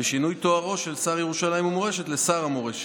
ושינוי תוארו של שר ירושלים ומורשת לשר המורשת.